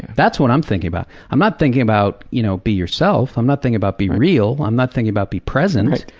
that's what i'm thinking about. i'm not thinking about you know be yourself, i'm not thinking about, be real, i'm not thinking about, be present.